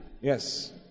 Yes